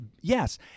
Yes